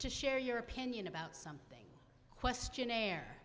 to share your opinion about something questionnaire